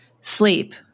sleep